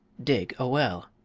dig a well.